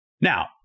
Now